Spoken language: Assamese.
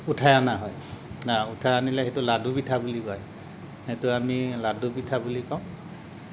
উঠাই অনা হয় উঠাই আনিলে সেইটো লাড্ডু পিঠা বুলি কয় সেইটো আমি লাড্ডু পিঠা বুলি কওঁ